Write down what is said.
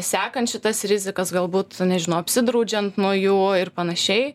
sekančių tas rizikas galbūt nežinau apsidraudžiant nuo jų ir panašiai